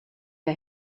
der